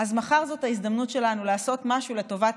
אז מחר זאת ההזדמנות שלנו לעשות משהו לטובת